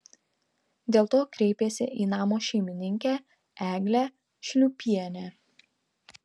dėl to kreipėsi į namo šeimininkę eglę šliūpienę